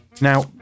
Now